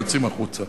יוצאים החוצה.